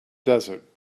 desert